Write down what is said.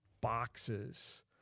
boxes